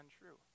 untrue